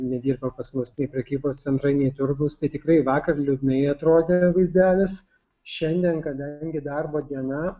nedirba pas mus nei prekybos centrai nei turgus tai tikrai vakar liūdnai atrodė vaizdelis šiandien kadangi darbo diena